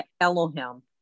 Elohim